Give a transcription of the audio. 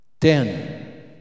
ten